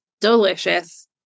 Delicious